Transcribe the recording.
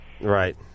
Right